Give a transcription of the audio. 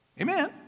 Amen